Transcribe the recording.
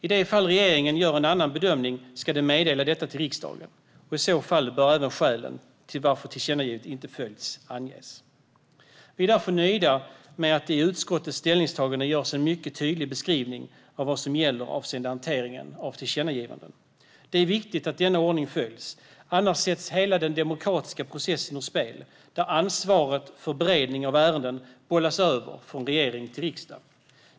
I det fall regeringen gör en annan bedömning ska den meddela detta till riksdagen. I så fall bör även skälen till att tillkännagivandet inte följts anges. Vi är därför nöjda med att det i utskottets ställningstagande görs en mycket tydlig beskrivning av vad som gäller avseende hanteringen av tillkännagivanden. Det är viktigt att denna ordning följs, annars bollas ansvaret för beredning av ärenden över från regering till riksdag och hela den demokratiska processen sätts ur spel.